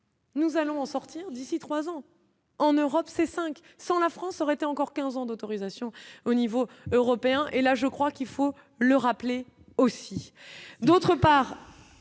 Nous allons sortir d'ici 3 ans en Europe ces 5 sans la France aurait été encore 15 ans d'autorisation au niveau européen et là je crois qu'il faut le rappeler, aussi, d'autre part,